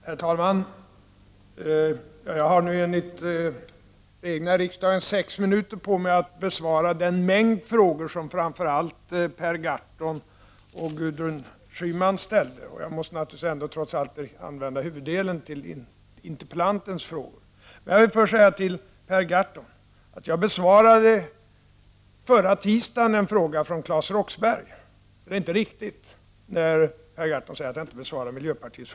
Herr talman! Jag har nu enligt riksdagens debattregler sex minuter på mig för att besvara den mängd av frågor som framför allt Per Gahrton och Gudrun Schyman ställde. Jag måste trots allt använda huvuddelen härav för att besvara interpellantens frågor. Jag vill först säga till Per Gahrton att jag förra tisdagen besvarade en fråga från Claes Roxbergh. Per Gahrtons påstående att jag inte besvarar miljöpartiets frågor är alltså inte riktigt.